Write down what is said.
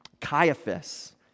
Caiaphas